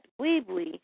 Weebly